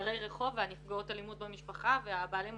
דרי הרחוב ונפגעות אלימות במשפחה ובעלי המוגבלויות,